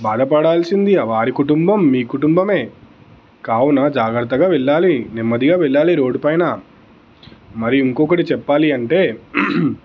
బాధపడాల్సింది ఆ వారి కుటుంబం మీ కుటుంబమే కావున జాగ్రత్తగా వెళ్ళాలి నెమ్మదిగా వెళ్ళాలి రోడ్డుపైన మరి ఇంకొకటి చెప్పాలి అంటే